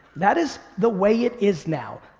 that is the way it is now.